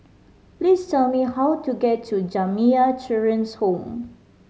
please tell me how to get to Jamiyah Children's Home